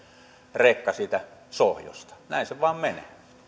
siitä sohjosta näin se vain menee